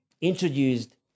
introduced